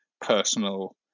personal